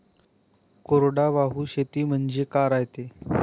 कोरडवाहू शेती म्हनजे का रायते?